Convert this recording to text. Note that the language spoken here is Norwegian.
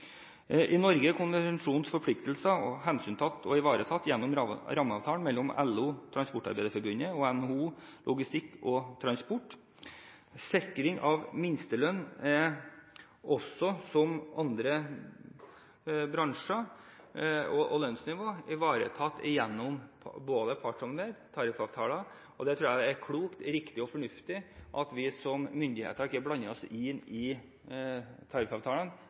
Norge er konvensjonens forpliktelser hensyntatt og ivaretatt gjennom rammeavtalen mellom LO, Transportarbeiderforbundet, og NHO, Logistikk og Transport. Sikring av minstelønn er også – som i andre bransjer når det gjelder lønnsnivå – ivaretatt gjennom partssamarbeid og tariffavtaler. Jeg tror det er klokt, riktig og fornuftig at vi som myndigheter ikke blander oss inn i tariffavtalen.